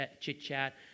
chit-chat